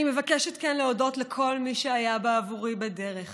אני מבקשת כאן להודות לכל מי שהיה בעבורי בדרך